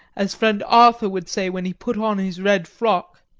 as friend arthur would say when he put on his red frock!